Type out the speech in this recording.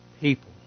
people